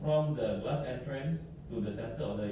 yang cement part where they want to pour